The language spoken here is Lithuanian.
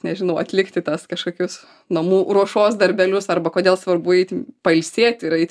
nežinau atlikti tas kažkokius namų ruošos darbelius arba kodėl svarbu eiti pailsėti ir eit